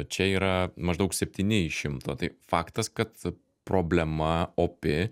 čia yra maždaug septyni iš šimto tai faktas kad problema opi